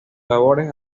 labores